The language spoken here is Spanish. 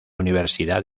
universidad